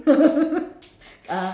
uh